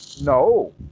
No